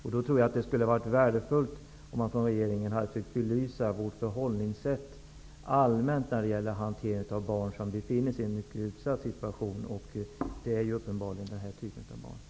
Jag tror därför att det hade varit värdefullt om regeringen hade kunnat belysa de förhållningssätt som allmänt gäller vid hanteringen av barn som befinner sig i en mycket utsatt situation, vilket det uppenbarligen är fråga om i det här fallet.